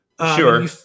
Sure